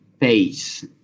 pace